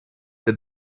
the